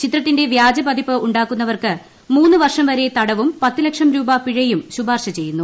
ചിത്രത്തിന്റെ വ്യാജ പതിപ്പ് ഉണ്ടാക്കുന്നവർക്ക് മൂന്ന് വർഷം വരെ തടവും പത്തു ലക്ഷം രൂപ പിഴയും ശുപാർശ ചെയ്യുന്നു